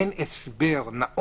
אין הסבר נאות,